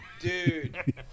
Dude